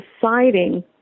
deciding